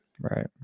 Right